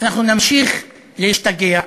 נמשיך להשתגע,